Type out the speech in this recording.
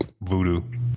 voodoo